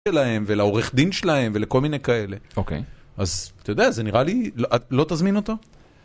שלהם, ולעורך דין שלהם, ולכל מיני כאלה, אוקיי, אז, אתה יודע, זה נראה לי, לא תזמין אותו?